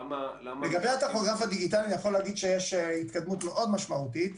לגבי הטכוגרף הדיגיטלי אני יכול להגיד שיש התקדמות משמעותית מאוד.